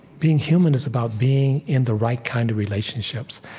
being human is about being in the right kind of relationships.